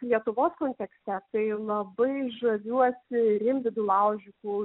lietuvos kontekste tai labai žaviuosi rimvydu laužiku